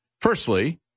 Firstly